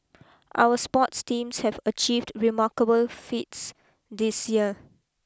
our sports teams have achieved remarkable feats this year